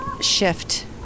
shift